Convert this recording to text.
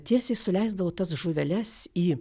tiesiai suleisdavo tas žuveles į